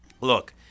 Look